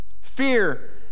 Fear